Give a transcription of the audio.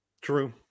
True